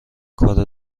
کار